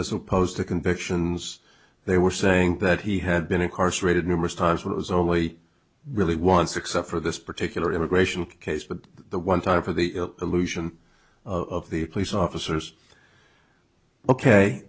as opposed to convictions they were saying that he had been incarcerated numerous times but it was only really once except for this particular immigration case but the one time for the illusion of the police officers ok